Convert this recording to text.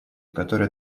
которая